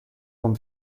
con